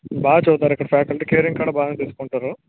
బాగా చెప్తారు ఇక్కడ ఫాకల్టీ కేరింగ్ కూడా బాగా తీసుకుంటారు